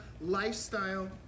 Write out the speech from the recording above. lifestyle